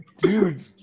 dude